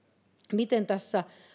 miten tässä